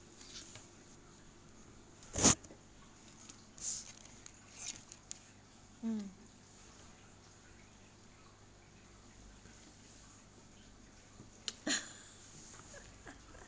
mm